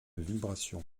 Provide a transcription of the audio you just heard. vibration